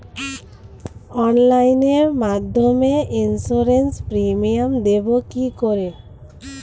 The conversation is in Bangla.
অনলাইনে মধ্যে ইন্সুরেন্স প্রিমিয়াম দেবো কি করে?